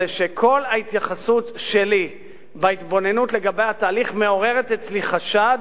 שכל ההתייחסות שלי בהתבוננות לגבי התהליך מעוררת אצלי חשד